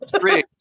three